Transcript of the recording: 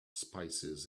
spices